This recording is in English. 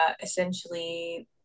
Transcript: essentially